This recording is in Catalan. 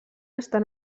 estan